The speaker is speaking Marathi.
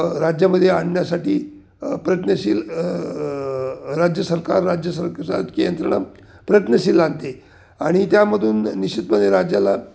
राज्यामध्ये आणण्यासाठी प्रयत्नशील राज्य सरकार राज्य सररकारची यंत्रणं प्रयत्नशील आणते आणि त्यामधून निश्चितपणे राज्याला